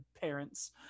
parents